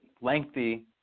lengthy –